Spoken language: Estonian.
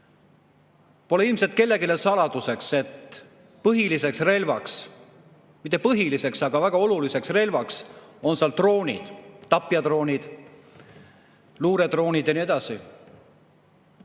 Pole ilmselt kellelegi saladuseks, et põhiliseks relvaks – mitte põhiliseks, aga väga oluliseks relvaks – on seal droonid: tapjadroonid, luuredroonid ja nii edasi.